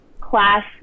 class